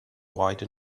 white